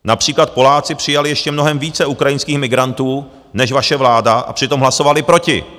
Například Poláci přijali ještě mnohem více ukrajinských migrantů než vaše vláda a přitom hlasovali proti!